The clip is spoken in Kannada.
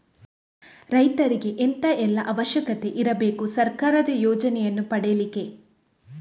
ರೈತರಿಗೆ ಎಂತ ಎಲ್ಲಾ ಅವಶ್ಯಕತೆ ಇರ್ಬೇಕು ಸರ್ಕಾರದ ಯೋಜನೆಯನ್ನು ಪಡೆಲಿಕ್ಕೆ?